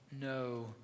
No